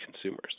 consumers